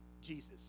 Jesus